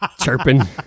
chirping